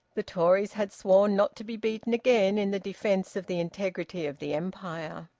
the tories had sworn not to be beaten again in the defence of the integrity of the empire.